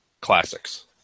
classics